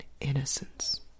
innocence